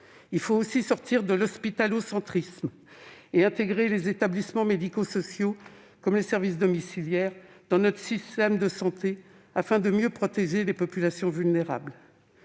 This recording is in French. Il faut sortir de l'hospitalo-centrisme et intégrer les établissements médico-sociaux, comme les services domiciliaires, dans notre système de santé afin de mieux protéger les populations vulnérables.